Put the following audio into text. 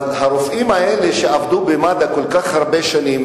הרופאים האלה שעבדו במד"א כל כך הרבה שנים,